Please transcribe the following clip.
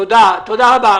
תודה, תודה רבה.